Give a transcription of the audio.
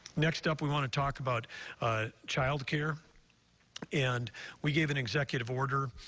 next up, we want to talk about child care and we gave an executive order